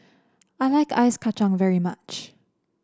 I like Ice Kachang very much